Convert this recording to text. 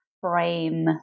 frame